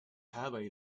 have